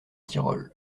tyrol